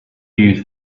you